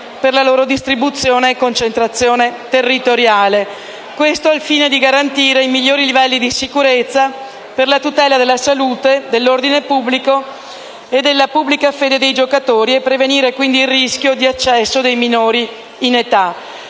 per la loro distribuzione e concentrazione territoriale, al fine di garantire migliori livelli di sicurezza per la tutela della salute, dell'ordine pubblico e della pubblica fede dei giocatori, prevenendo così il rischio di accesso dei minori di età.